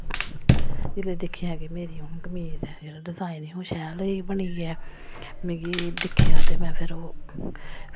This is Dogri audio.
जिल्लै दिक्खेआ कि मेरी हून कमीज दा जेह्ड़ा डिजाईन ही ओह् शैल बनी गेआ ऐ मिगी दिक्खेआ ते में फिर ओह्